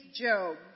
Job